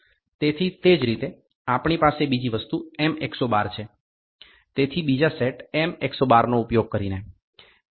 તેથી તે જ રીતે આપણી પાસે બીજી વસ્તુ M 112 છે તેથી બીજા સેટ M 112નો ઉપયોગ કરીને